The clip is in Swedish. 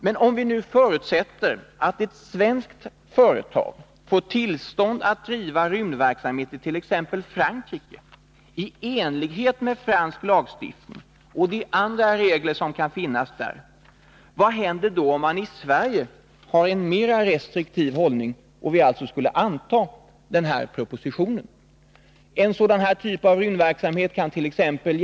Men om vi nu förutsätter att ett svenskt företag får tillstånd att driva rymdverksamhet i t.ex. Frankrike, i enlighet med fransk lagstiftning och de andra regler som kan finnas där, vad händer då om man i Sverige har en mera restriktiv hållning och vi alltså skulle anta den här propositionen? En typ av rymdverksamhet kant.ex.